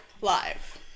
live